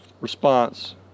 response